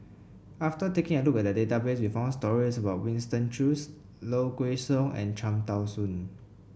after taking a look at the database we found stories about Winston Choos Low Kway Song and Cham Tao Soon